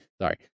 sorry